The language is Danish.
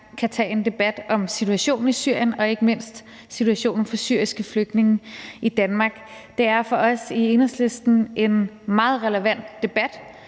kan tage en debat om situationen i Syrien og ikke mindst situationen for syriske flygtninge i Danmark. Det er for os i Enhedslisten en meget relevant debat,